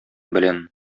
белән